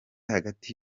hagati